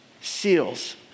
seals